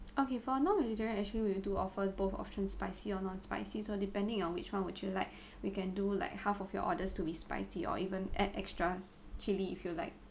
okay for non vegetarian actually we do offer both option spicy or non spicy so depending on which one would you like we can do like half of your orders to be spicy or even add extras chilli if you like